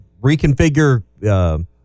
reconfigure